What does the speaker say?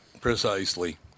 Precisely